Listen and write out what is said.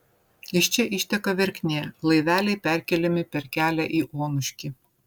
iš čia išteka verknė laiveliai perkeliami per kelią į onuškį